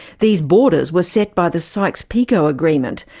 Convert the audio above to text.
these borders were set by the sykes-picot agreement,